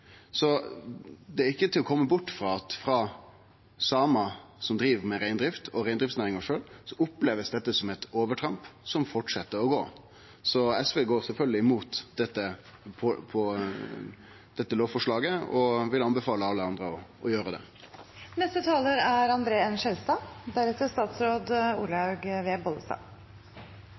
Så det er ikkje til å kome bort frå at for samar som driv med reindrift, og for reindriftsnæringa sjølv, blir dette opplevd som eit overtramp som held fram med å gå. Så SV går sjølvsagt mot dette lovforslaget og vil tilrå alle andre å gjere det. Samene er